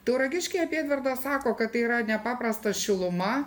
tauragiškiai apie edvardą sako kad tai yra nepaprasta šiluma